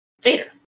Vader